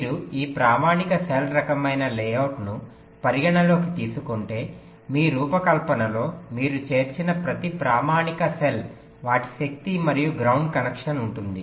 మీరు ఈ ప్రామాణిక సెల్ రకమైన లేఅవుట్ను పరిగణనలోకి తీసుకుంటే మీ రూపకల్పనలో మీరు చేర్చిన ప్రతి ప్రామాణిక సెల్ వాటికి శక్తి మరియు గ్రౌండ్ కనెక్షన్ ఉంటుంది